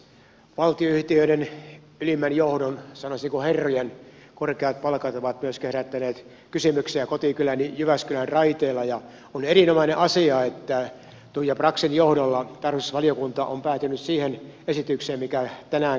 valtionyhtiöiden ylimmän johdon sanoisinko herrojen korkeat palkat ovat herättäneet kysymyksiä myöskin kotikyläni jyväskylän raiteilla ja on erinomainen asia että tuija braxin johdolla tarkastusvaliokunta on päätynyt siihen esitykseen mikä tänään kuultiin